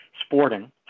Sporting